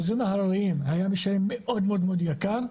באזורים הרריים היה משלם מאוד מאוד יקר,